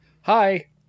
Hi